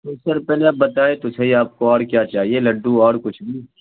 تو سر پہلے آپ بتائیے تو صحیح آپ کو اور کیا چاہیے لڈو اور کچھ بھی